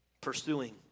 pursuing